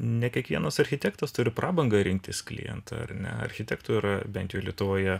ne kiekvienas architektas turi prabangą rinktis klientą ar ne architektų yra bent jau lietuvoje